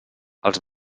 els